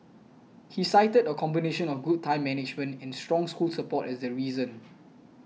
he cited a combination of good time management and strong school support as the reason